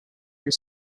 were